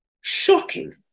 shocking